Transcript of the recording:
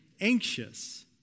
anxious